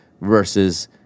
versus